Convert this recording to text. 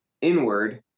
inward